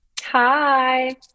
Hi